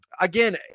again